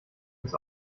ins